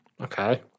Okay